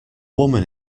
woman